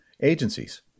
agencies